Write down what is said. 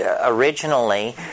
originally